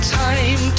time